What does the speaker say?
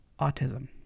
autism